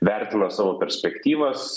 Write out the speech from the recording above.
vertina savo perspektyvas